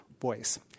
voice